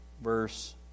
Verse